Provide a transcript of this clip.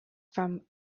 from